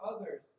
others